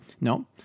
No